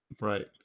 Right